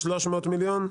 300 מיליון?